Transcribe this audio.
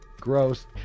Gross